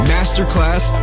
Masterclass